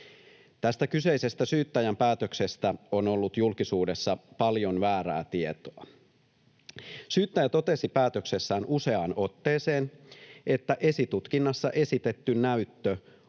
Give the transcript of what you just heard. Tästä kyseisestä syyttäjän päätöksestä on ollut julkisuudessa paljon väärää tietoa. Syyttäjä totesi päätöksessään useaan otteeseen, että esitutkinnassa esitetty näyttö